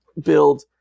build